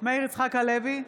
יצחק הלוי,